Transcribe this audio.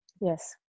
Yes